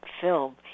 film